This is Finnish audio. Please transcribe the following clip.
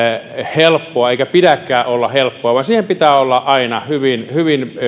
helppoa eikä sen pidäkään olla helppoa vaan siihen pitää olla aina hyvin hyvin